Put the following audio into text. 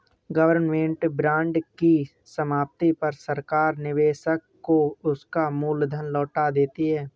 government bond की समाप्ति पर सरकार निवेशक को उसका मूल धन लौटा देती है